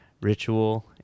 Ritual